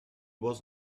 was